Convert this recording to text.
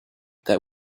that